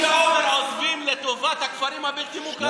עכשיו הם עוזבים לטובת הכפרים הבלתי-מוכרים.